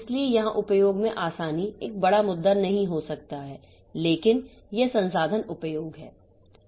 इसलिए यहां उपयोग में आसानी एक बड़ा मुद्दा नहीं हो सकता है लेकिन यह संसाधन उपयोग है